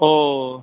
ഓ